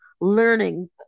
learning